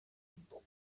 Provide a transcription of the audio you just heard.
pour